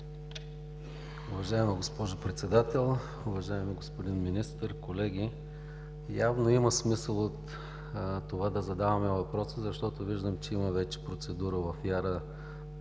Уважаема госпожо Председател, уважаеми господин Министър, колеги! Явно има смисъл да задаваме въпроси, защото виждам, че вече има процедура в